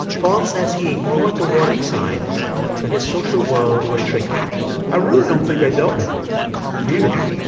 paul says he ignored the warning signs that his social world was shrinking i really don't think i dealt with it candidly.